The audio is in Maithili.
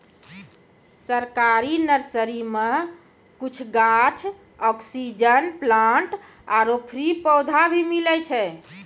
सरकारी नर्सरी मॅ कुछ गाछ, ऑक्सीजन प्लांट आरो फ्री पौधा भी मिलै छै